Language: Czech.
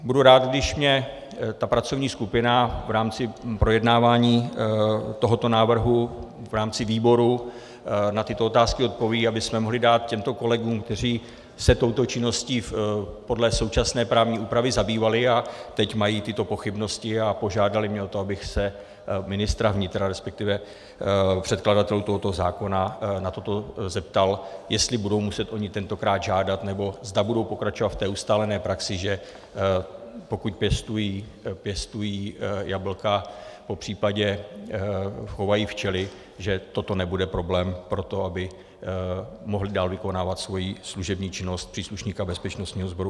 Budu rád, když mi ta pracovní skupina v rámci projednávání tohoto návrhu v rámci výboru na tyto otázky odpoví, abychom mohli dát těmto kolegům, kteří se touto činností podle současné právní úpravy zabývali a teď mají tyto pochybnosti a požádali mě o to, abych se ministra vnitra, respektive předkladatelů tohoto zákona na toto zeptal, jestli budou muset oni tentokrát žádat, nebo zda budou pokračovat v té ustálené praxi, že pokud pěstují jablka, popřípadě chovají včely, že toto nebude problém pro to, aby mohli dál vykonávat svoji služební činnost příslušníka bezpečnostního sboru.